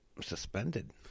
Suspended